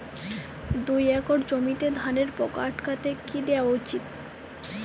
দুই একর জমিতে ধানের পোকা আটকাতে কি দেওয়া উচিৎ?